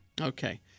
Okay